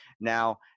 now